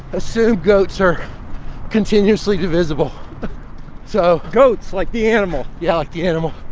assume goats are continuously divisible so goats, like the animal? yeah, like the animal.